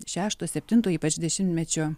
šešto septinto ypač dešimtmečio